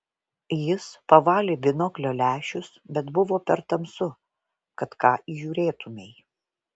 jis pavalė binoklio lęšius bet buvo per tamsu kad ką įžiūrėtumei